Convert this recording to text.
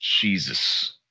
Jesus